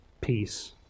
peace